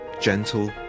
gentle